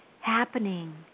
happening